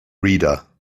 reader